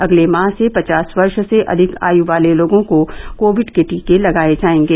अगले माह से पचास वर्ष से अधिक आयु वाले लोगों को कोविड के टीके लगाये जायेंगे